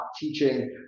teaching